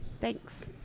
Thanks